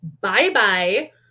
Bye-bye